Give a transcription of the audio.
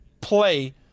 play